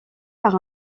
par